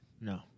No